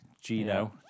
Gino